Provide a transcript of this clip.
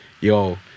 yo